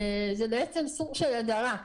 זה בעצם סוג של הדרה,